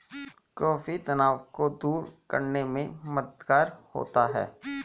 coffee तनाव को दूर करने में मददगार होता है